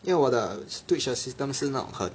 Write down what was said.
因为我的 Twitch 的 system 是那种很